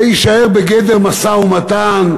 זה יישאר בגדר משא-ומתן,